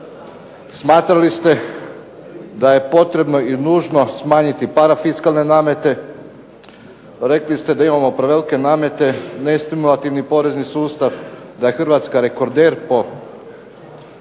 smatrali ste da je potrebno i nužno smanjiti parafiskalne namete. Rekli ste da imate prevelike namete, nestimulativni porezni sustav, da je Hrvatska rekorder po